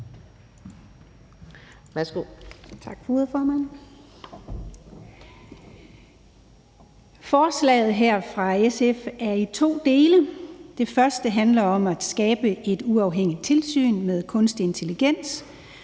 for ordet, formand. Forslaget her fra SF er i to dele. Det første handler om at skabe et uafhængigt tilsyn med kunstig intelligens